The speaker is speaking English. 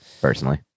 personally